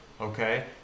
Okay